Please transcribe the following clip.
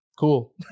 cool